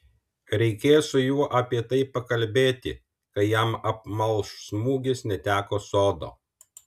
reikės su juo apie tai pakalbėti kai jam apmalš smūgis netekus sodo